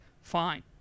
fine